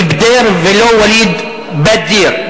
ואומרים ואליד בְּדֵיר ולא ואליד בַּדִיר.